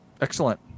Excellent